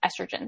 estrogen